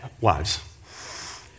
wives